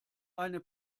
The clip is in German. eine